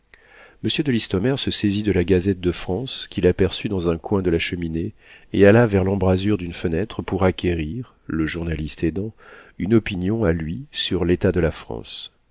monsieur de listomère se saisit de la gazette de france qu'il aperçut dans un coin de la cheminée et alla vers l'embrasure d'une fenêtre pour acquérir le journaliste aidant une opinion à lui sur l'état de la france